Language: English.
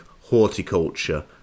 horticulture